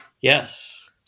Yes